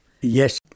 Yes